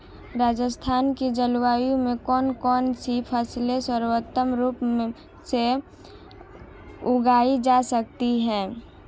राजस्थान की जलवायु में कौन कौनसी फसलें सर्वोत्तम रूप से उगाई जा सकती हैं?